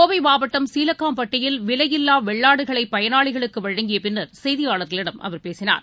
கோவைமாவட்டம் சீலக்காம்பட்டியில் விலையில்வாவெள்ளாடுகளைபயனாளிகளுக்குவழங்கியபின்னர் செய்தியாளர்களிடம் அவர் பேசினார்